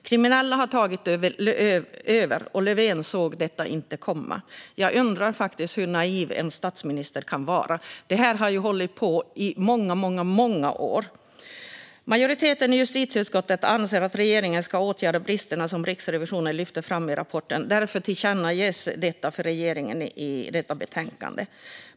Kriminella har tagit över, och Löfven såg inte detta komma. Jag undrar hur naiv en statsminister kan vara. Detta har ju hållit på i många år! Majoriteten i justitieutskottet anser att regeringen ska åtgärda de brister som Riksrevisionen lyfter fram i rapporten. Därför tillkännages detta för regeringen i detta betänkande.